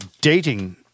dating